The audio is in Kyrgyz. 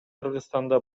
кыргызстанда